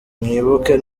mwibuke